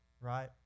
right